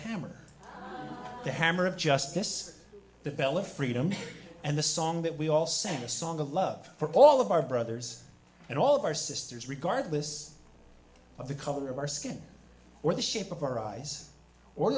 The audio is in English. hammer the hammer of justice the bell of freedom and the song that we all sang a song of love for all of our brothers and all of our sisters regardless of the color of our skin or the shape of our eyes or